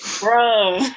Bro